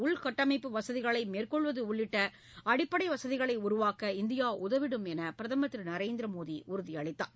உள் கட்டமைப்பு வசதிகளை மேற்கொள்வது உள்ளிட்ட அடிப்படை வசதிகளை உருவாக்க இந்தியா உதவிடும் என்று பிரதமர் உறுதியளித்ததார்